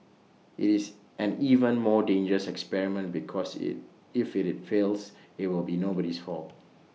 IT is an even more dangerous experiment because IT if IT fails IT will be nobody's fault